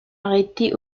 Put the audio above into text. arrêtée